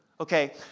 Okay